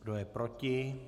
Kdo je proti?